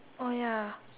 oh ya